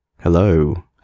Hello